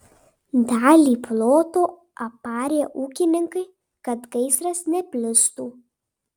dalį ploto aparė ūkininkai kad gaisras neplistų